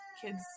kids